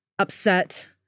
upset